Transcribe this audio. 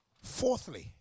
Fourthly